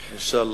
אינשאללה.